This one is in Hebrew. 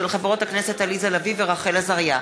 של חברות הכנסת עליזה לביא ורחל עזריה,